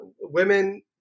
women